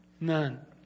None